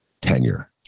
tenure